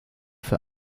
für